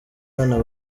abana